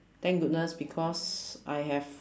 thank goodness because I have